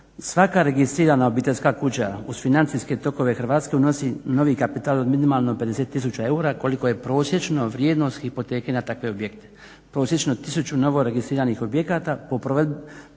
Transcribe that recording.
svaka registrirana obiteljska kuća uz financijske tokove Hrvatske unosi novi kapital od minimalno 50 tisuća eura koliko je prosječno vrijednost hipoteke na takve objekte. Prosječno tisuću novo registriranih objekata po provedbi